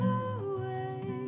away